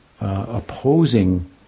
opposing